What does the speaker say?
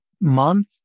month